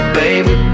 baby